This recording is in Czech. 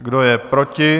Kdo je proti?